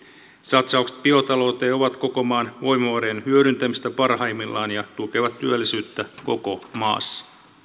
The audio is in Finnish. satsaukset biotalouteen ovat koko maan voimavarojen hyödyntämistä parhaimmillaan ja tukevat työllisyyttä koko maassa